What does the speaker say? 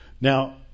Now